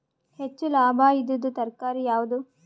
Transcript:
ಹೆಚ್ಚು ಲಾಭಾಯಿದುದು ತರಕಾರಿ ಯಾವಾದು?